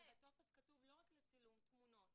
אבל בטופס כתוב לא רק לצילום תמונות